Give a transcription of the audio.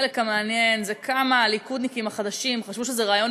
והחלק המעניין הוא כמה הליכודניקים החדשים חשבו שזה רעיון